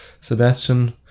Sebastian